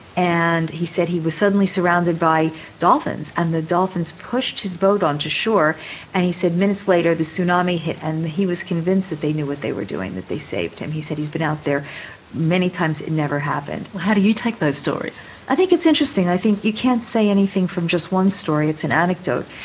and he said he was suddenly surrounded by dolphins and the dolphins pushed his boat onto shore and he said minutes later the tsunami hit and he was convinced that they knew what they were doing and that they saved him. he said he's been out there many times and it never happened. well how do you take those stories? i think it's interesting, i think you can't say anything from just one story, it's an anecdote.